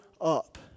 up